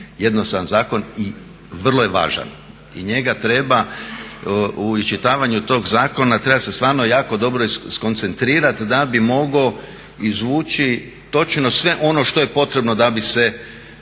jednostavan zakon i vrlo je važan i njega treba, u iščitavanju tog zakona treba se stvarno jako dobro skoncentrirati da bi mogao izvući točno sve ono što je potrebno da bi se određene